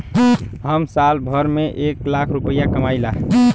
हम साल भर में एक लाख रूपया कमाई ला